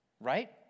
Right